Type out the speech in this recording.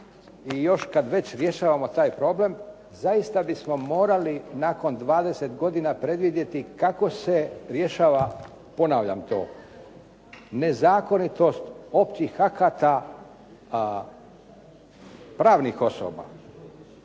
i još kad već rješavamo taj problem, zaista bismo morali nakon 20 godina predvidjeti kako se rješava, ponavljam to, nezakonitost općih akata pravnih osoba,